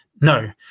No